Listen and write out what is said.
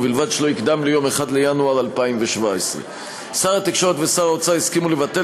ובלבד שלא יקדם ליום 1 בינואר 2017. שר התקשורת ושר האוצר הסכימו לבטל